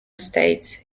states